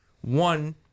one